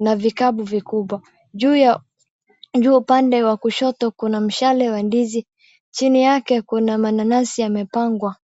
na vikapu vikubwa. Juu upande wa kushoto kuna mshale wa ndizi, chini yake kuna mananasi yamepangwa.